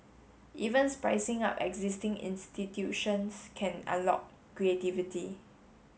even up existing institutions can unlock creativity